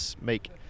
make